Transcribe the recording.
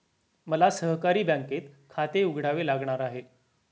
मला सहकारी बँकेत खाते उघडावे लागणार आहे